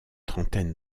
trentaine